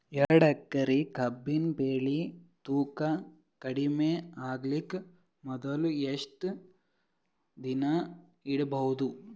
ಎರಡೇಕರಿ ಕಬ್ಬಿನ್ ಬೆಳಿ ತೂಕ ಕಡಿಮೆ ಆಗಲಿಕ ಮೊದಲು ಎಷ್ಟ ದಿನ ಇಡಬಹುದು?